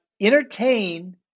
entertain